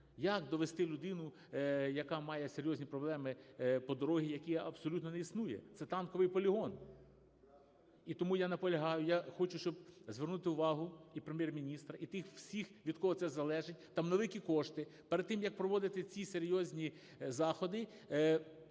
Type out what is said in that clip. Як довезти людину, яка має серйозні проблеми, по дорозі, якої абсолютної не існує, це танковий полігон. І тому я наполягаю, я хочу, щоб звернути увагу і Прем'єр-міністра, і тих всіх, від кого це залежить, там невеликі кошти. Перед тим, як проводити ці серйозні заходи,